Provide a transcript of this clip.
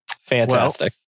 fantastic